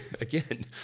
again